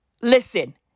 listen